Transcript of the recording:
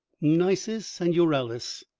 nisus and euryalus,